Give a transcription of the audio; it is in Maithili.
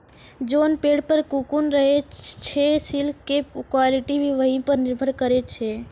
जोन पेड़ पर ककून रहै छे सिल्क के क्वालिटी भी वही पर निर्भर करै छै